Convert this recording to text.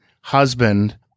husband